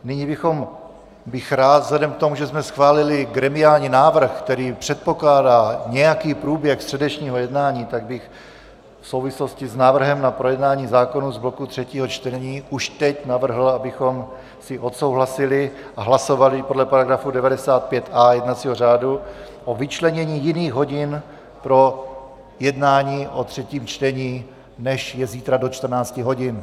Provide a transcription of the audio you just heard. Nyní bych rád vzhledem k tomu, že jsme schválili gremiální návrh, který předpokládá nějaký průběh středečního jednání, tak bych v souvislosti s návrhem na projednání zákonů z bloku třetího čtení už teď navrhl, abychom si odsouhlasili a hlasovali podle § 95a jednacího řádu o vyčlenění jiných hodin pro jednání o třetím čtení, než je zítra do 14.00 hodin.